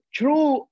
true